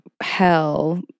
hell